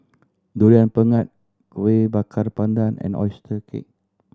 Durian Pengat Kueh Bakar Pandan and oyster cake